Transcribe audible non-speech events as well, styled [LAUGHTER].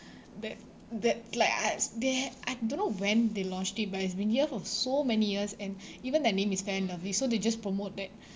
[BREATH] that that's like I s~ they ha~ I don't know when they launched it but it's been here for so many years and [BREATH] even their name is fair and lovely so they just promote that